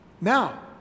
Now